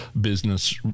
business